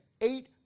eight